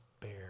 bear